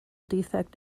defect